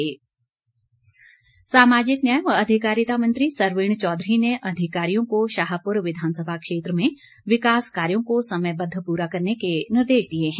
सरवीण चौधरी सामाजिक न्याय व अधिकारिता मंत्री सरवीण चौधरी ने अधिकारियों को शाहपुर विधानसभा क्षेत्र में विकास कार्यों को समयबद्ध पूरा करने के निर्देश दिए हैं